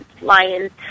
lions